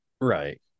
Right